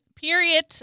Period